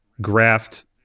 graft